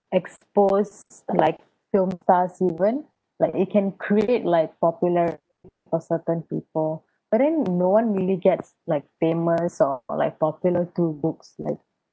expose like film like it can create like popular~ for certain people but then no one really gets like famous or like popular through books like